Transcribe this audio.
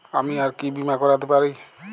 আমি আর কি বীমা করাতে পারি?